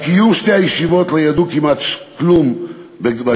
על קיום שתי הישיבות לא ידעו כמעט כלום בגטו".